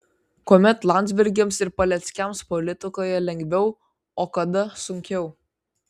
kuomet landsbergiams ir paleckiams politikoje lengviau o kada sunkiau